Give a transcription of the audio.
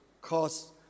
cause